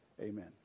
Amen